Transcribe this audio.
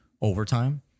overtime